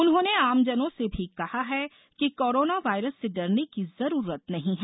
उन्होंने आमजनों से भी कहा है कि कोरोना वायरस से डरने की जरूरत नहीं है